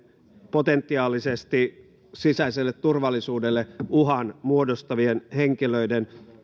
potentiaalisesti sisäiselle turvallisuudelle uhan muodostavien henkilöiden